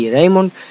Raymond